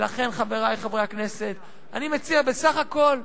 ולכן, חברי חברי הכנסת, אני מציע, בסך הכול,